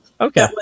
Okay